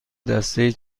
دستهای